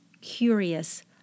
curious